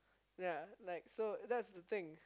ya like so that's the thing